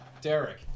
Derek